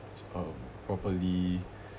uh properly